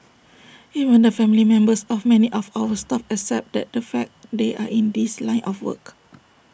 even the family members of many of our staff accept that the fact they are in this line of work